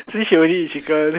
since she only eat chicken